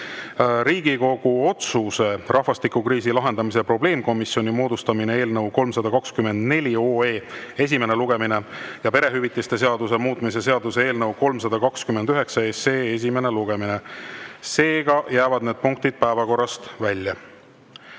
Riigikogu otsuse "Rahvastikukriisi lahendamise probleemkomisjoni moodustamine" eelnõu 324 esimene lugemine ja perehüvitiste seaduse muutmise seaduse eelnõu 329 esimene lugemine. Seega jäävad need punktid päevakorrast välja.